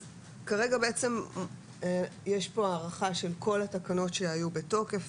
אז כרגע יש פה הארכה של כל התקנות שהיו בתוקף,